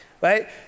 right